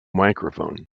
microphone